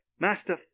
master